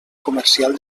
comercial